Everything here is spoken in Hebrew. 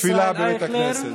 תפילה בבית הכנסת.